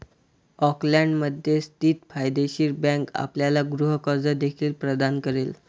ऑकलंडमध्ये स्थित फायदेशीर बँक आपल्याला गृह कर्ज देखील प्रदान करेल